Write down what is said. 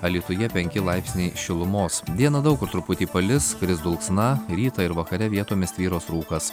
alytuje penki laipsniai šilumos dieną daug kur truputį palis kris dulksna rytą ir vakare vietomis tvyros rūkas